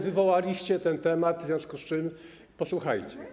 Wywołaliście ten temat, w związku z tym posłuchajcie.